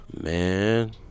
man